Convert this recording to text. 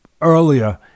earlier